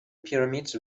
pyramids